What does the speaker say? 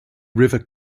river